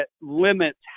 limits